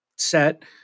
set